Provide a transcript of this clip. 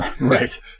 Right